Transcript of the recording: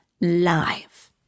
live